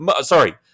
sorry